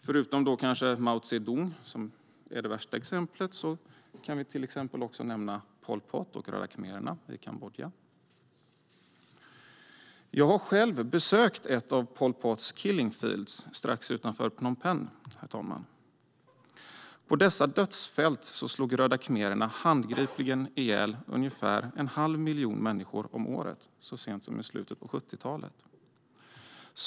Förutom Mao Zedong, som är det värsta exemplet, kan jag till exempel nämna Pol Pot och röda khmererna i Kambodja. Jag har själv besökt ett av Pol Pots killing fields strax utanför Phnom Penh, herr ålderspresident. På dessa dödsfält slog röda khmererna handgripligen ihjäl ungefär en halv miljon människor om året så sent som i slutet på 70-talet.